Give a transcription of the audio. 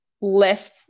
less